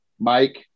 Mike